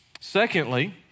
Secondly